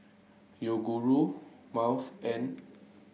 Yoguru Miles and